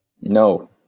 No